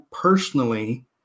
personally